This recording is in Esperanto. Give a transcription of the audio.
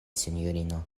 sinjorino